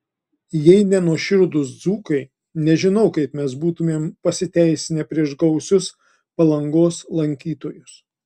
jei ne nuoširdūs dzūkai nežinau kaip mes būtumėm pasiteisinę prieš gausius palangos lankytojus